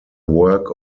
work